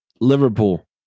Liverpool